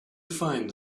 find